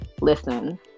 listen